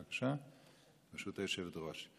בבקשה, ברשות היושבת-ראש.